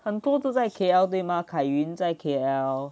很多都在 K_L 对吗 kai yun 在 K_L